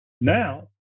Now